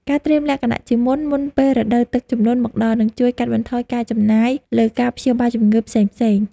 ការត្រៀមលក្ខណៈជាមុន មុនពេលរដូវទឹកជំនន់មកដល់នឹងជួយកាត់បន្ថយការចំណាយលើការព្យាបាលជំងឺផ្សេងៗ។